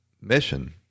mission